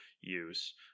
use